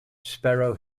sparrow